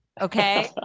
Okay